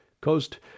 coast